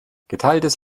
geteiltes